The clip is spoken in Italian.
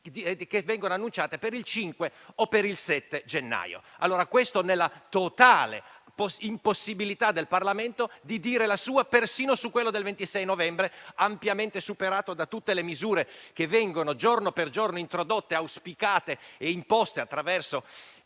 che viene annunciato per il 5 o il 7 gennaio. Questo nella totale impossibilità del Parlamento di dire la sua, persino su quello del 26 novembre, ampiamente superato da tutte le misure che vengono giorno per giorno introdotte, auspicate e imposte attraverso